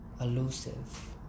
elusive